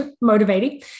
motivating